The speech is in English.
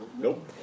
Nope